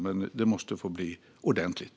Men det måste göras ordentligt.